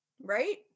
right